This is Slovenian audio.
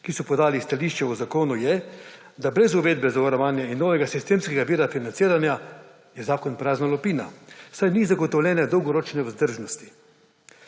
ki so podali stališče o zakonu, je, da brez uvedbe zavarovanja in novega sistemskega vira financiranja je zakon prazna lupina, saj ni zagotovljene dolgoročne vzdržnosti.